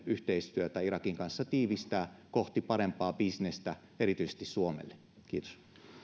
yhteistyötä irakin kanssa tiivistää kohti parempaa bisnestä erityisesti suomelle kiitos